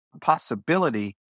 possibility